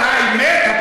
אבל האמת,